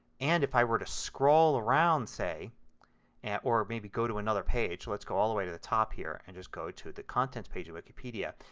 and if i were to scroll around say and or maybe go to another page, so let's go all the way to the top here and just go to the contents page of wikipedia,